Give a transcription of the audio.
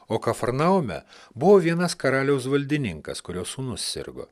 o kafarnaume buvo vienas karaliaus valdininkas kurio sūnus sirgo